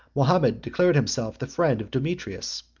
mahomet declared himself the friend of demetrius,